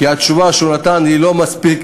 כי התשובה שהוא נתן לא מספיק